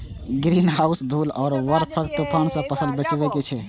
greenhouse धूल आ बर्फक तूफान सं फसल कें बचबै छै